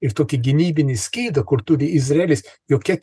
ir tokį gynybinį skydą kur turi izraelis jokia